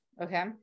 Okay